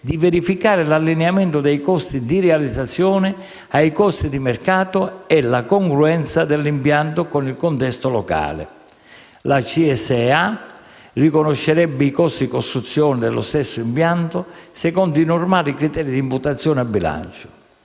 di verificare l'allineamento dei costi di realizzazione ai costi di mercato e la congruenza dell'impianto con il contesto locale - la CSEA riconoscerebbe i costi di costruzione dello stesso impianto secondo i normali criteri di imputazione a bilancio.